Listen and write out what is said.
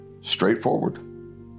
straightforward